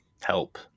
help